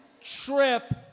trip